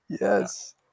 Yes